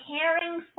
Caring